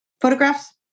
Photographs